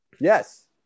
Yes